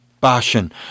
Bashan